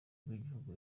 rw’igihugu